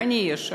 ואני אהיה שם,